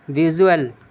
visual